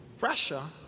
Russia